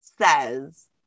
says